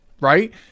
right